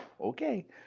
okay